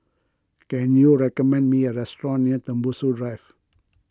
can you recommend me a restaurant near Tembusu Drive